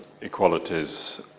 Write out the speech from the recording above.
equalities